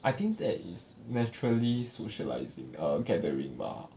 I think that is naturally socialising err gathering 吧